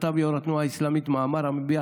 כתב יו"ר התנועה האסלאמית מאמר המביע